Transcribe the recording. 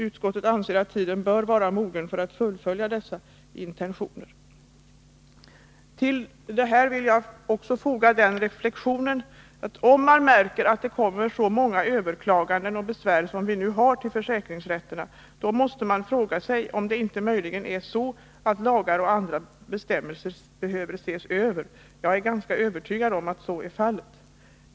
Utskottet anser att tiden bör vara mogen för att fullfölja dessa intentioner.” Till detta vill jag göra reflexionen att man, när man som nu märker att det kommer så många överklaganden och besvär till försäkringsrätterna, nog måste fråga sig om inte lagar och andra bestämmelser behöver ses över. Jag är själv i det närmaste övertygad om att så är fallet.